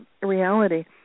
reality